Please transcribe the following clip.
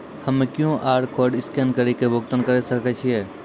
हम्मय QR code scan कड़ी के भुगतान करें सकय छियै?